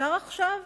אפשר עכשיו,